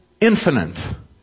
infinite